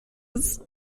ist